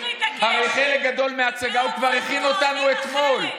תמשיך להתעקש, תמשיך להתעקש.